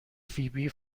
فیبی